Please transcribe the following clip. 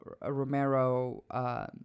Romero